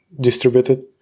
distributed